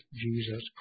Jesus